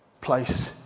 place